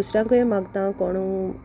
दुसऱ्यांकय मागता कोणू